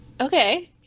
Okay